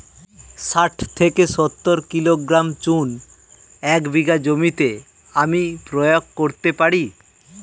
শাঠ থেকে সত্তর কিলোগ্রাম চুন এক বিঘা জমিতে আমি প্রয়োগ করতে পারি?